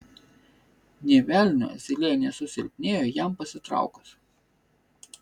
nė velnio zylė nesusilpnėjo jam pasitraukus